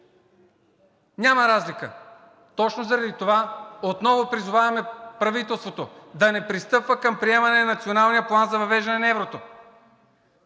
няма разлика. Точно заради това отново призоваваме правителството да не пристъпва към приемане на Националния план за въвеждане на еврото.